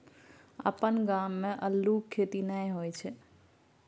अपन गाम मे अल्लुक खेती नहि होए छै